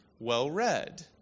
well-read